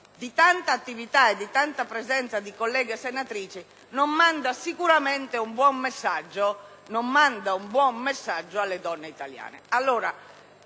di tanta attività e di tanta presenza di colleghe senatrici non manderebbe sicuramente un buono messaggio alle donne italiane.